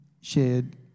shared